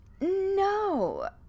no